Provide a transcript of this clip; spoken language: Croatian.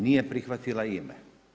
Nije prihvatila ime.